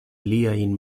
liajn